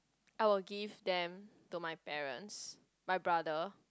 I would give them to my parents my brother